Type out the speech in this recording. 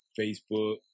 Facebook